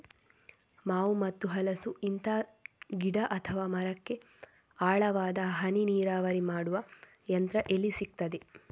ಮಾವು ಮತ್ತು ಹಲಸು, ಇಂತ ಗಿಡ ಅಥವಾ ಮರಕ್ಕೆ ಆಳವಾದ ಹನಿ ನೀರಾವರಿ ಮಾಡುವ ಯಂತ್ರ ಎಲ್ಲಿ ಸಿಕ್ತದೆ?